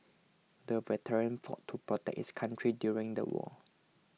the veteran fought to protect his country during the war